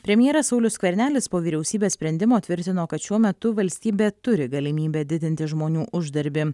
premjeras saulius skvernelis po vyriausybės sprendimo tvirtino kad šiuo metu valstybė turi galimybę didinti žmonių uždarbį